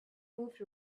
moved